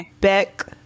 Beck